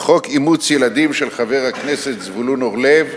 חוק אימוץ ילדים של חבר הכנסת זבולון אורלב.